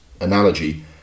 analogy